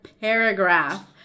paragraph